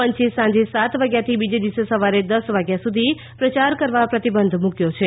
પંચે સાંજે સાત વાગ્યાથી બીજે દિવસે સવારે દસ વાગ્યા સુધી પ્રચાર કરવા પર પ્રતિબંધ મૂક્યો છે